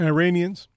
Iranians